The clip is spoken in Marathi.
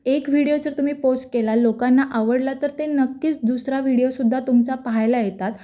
एक व्हिडीओ जर तुम्ही पोस्ट केला लोकांना आवडला तर ते नक्कीच दुसरा व्हिडीओसुद्धा तुमचा पहायला येतात